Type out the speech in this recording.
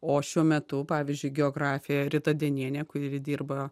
o šiuo metu pavyzdžiui geografė rita denienė kuri dirba